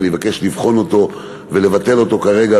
ואני מבקש לבחון אותו ולבטל אותו כרגע,